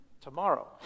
tomorrow